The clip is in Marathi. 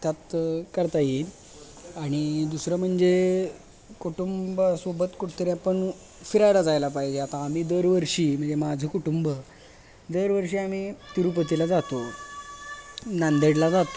त्यात करता येईल आणि दुसरं म्हणजे कुटुंबासोबत कुठंतरी आपण फिरायला जायला पाहिजे आता आम्ही दरवर्षी म्हजे माझं कुटुंब दरवर्षी आम्ही तिरुपतीला जातो नांदेडला जातो